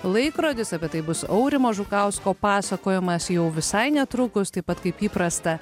laikrodis apie tai bus aurimo žukausko pasakojimas jau visai netrukus taip pat kaip įprasta